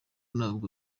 ntabwo